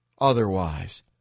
otherwise